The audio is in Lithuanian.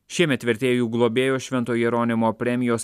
šiemet vertėjų globėjo švento jeronimo premijos